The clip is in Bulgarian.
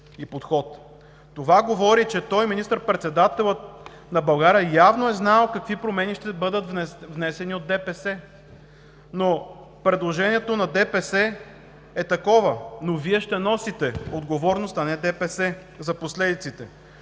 говори, че той – министър-председателят на България, явно е знаел какви промени ще бъдат внесени от ДПС, но предложението им е такова. Вие ще носите отговорност за последиците,